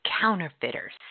counterfeiters